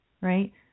right